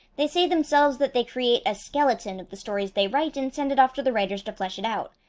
they say themselves that they create a skeleton of the stories they write and send it off to the writers to flesh it out.